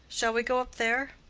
shall we go up there?